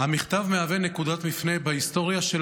"המכתב מהווה נקודת מפנה בהיסטוריה של